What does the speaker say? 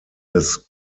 des